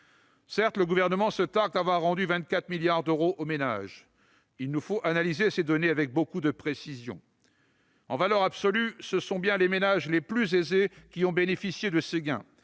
Certes, le Gouvernement se targue d'avoir rendu 24 milliards d'euros aux ménages. Il nous faut analyser ces données avec beaucoup de précision. En valeur absolue, ce sont bien les ménages les plus aisés qui ont bénéficié de ces gains,